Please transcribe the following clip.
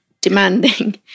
demanding